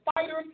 fighters